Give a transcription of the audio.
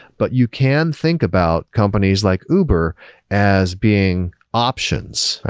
but you can think about companies like uber as being options.